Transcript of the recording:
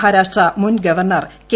മഹാരാഷ്ട്ര മുൻ ഗവർണർ കെ